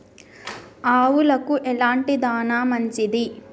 ఆవులకు ఎలాంటి దాణా మంచిది?